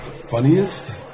Funniest